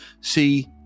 see